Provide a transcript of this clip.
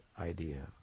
idea